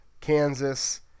Kansas